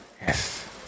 Yes